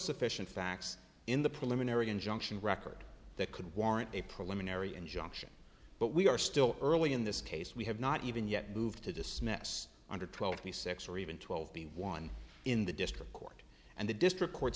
sufficient facts in the preliminary injunction record that could warrant a preliminary injunction but we are still early in this case we have not even yet moved to dismiss under twelve b six or even twelve b one in the district court and the district court